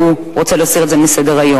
הוא רוצה להסיר את זה מסדר-היום.